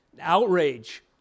outrage